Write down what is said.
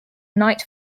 night